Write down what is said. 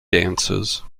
dances